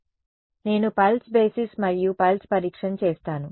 కాబట్టి నేను pulse basis మరియు పల్స్ పరీక్షను చేస్తాను